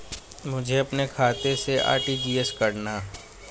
मुझे अपने खाते से आर.टी.जी.एस करना?